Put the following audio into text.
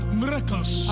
miracles